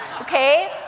okay